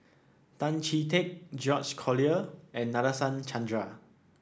Tan Chee Teck George Collyer and Nadasen Chandra